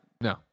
No